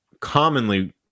commonly